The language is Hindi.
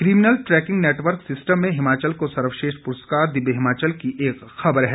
किमिनल ट्रैकिंग नेटवर्क सिस्टम में हिमाचल को सर्वश्रेष्ठ पुरस्कार दिव्य हिमाचल की एक खबर है